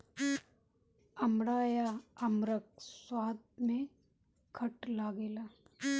अमड़ा या कमरख स्वाद में खट्ट लागेला